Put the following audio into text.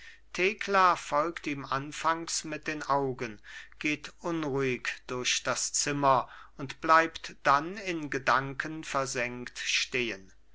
thekla folgt ihm anfangs mit den augen geht unruhig durch das zimmer und bleibt dann in gedanken versenkt stehen